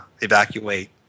evacuate